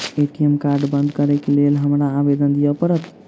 ATM card बंद करैक लेल हमरा आवेदन दिय पड़त?